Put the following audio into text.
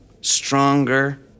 Stronger